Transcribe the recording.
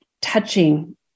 touching